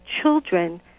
children